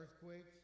earthquakes